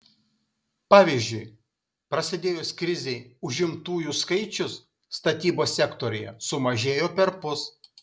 pavyzdžiui prasidėjus krizei užimtųjų skaičius statybos sektoriuje sumažėjo perpus